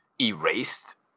Erased